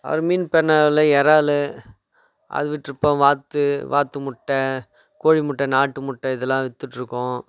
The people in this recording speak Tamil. அப்புறம் மீன் பண்ணையில் இறாலு அது வித்டுருப்போம் வாத்து வாத்து முட்டை கோழி முட்டை நாட்டு முட்டை இதெல்லாம் விற்றுட்ருக்கோம்